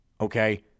Okay